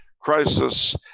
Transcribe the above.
Crisis